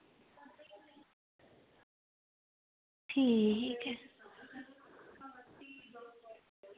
ठीक ऐ